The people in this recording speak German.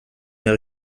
mehr